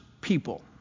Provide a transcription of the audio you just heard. people